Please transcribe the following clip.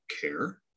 care